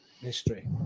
history